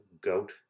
goat